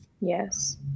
yes